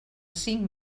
cinc